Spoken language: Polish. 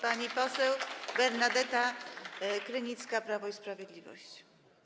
Pani poseł Bernadeta Krynicka, Prawo i Sprawiedliwość.